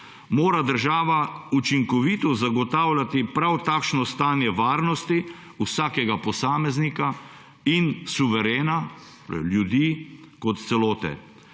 mora država učinkovito zagotavljati prav takšno stanje varnosti vsakega posameznika in suverena, ljudi kot celote.